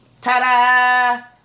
Ta-da